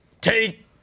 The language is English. take